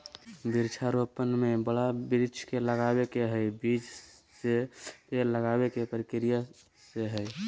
वृक्षा रोपण में बड़ा वृक्ष के लगावे के हई, बीज से पेड़ लगावे के प्रक्रिया से हई